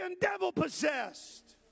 devil-possessed